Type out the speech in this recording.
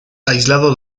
aislado